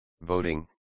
voting